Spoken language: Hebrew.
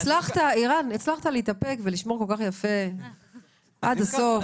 ערן, הצלחת להתאפק ולשמור על כך יפה עד הסוף.